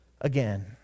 again